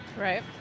Right